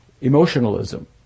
emotionalism